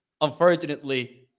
unfortunately